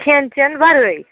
کھٮ۪ن چٮ۪ن ورٲے